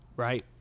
Right